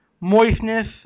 moistness